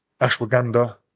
ashwagandha